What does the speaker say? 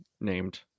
named